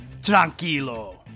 tranquilo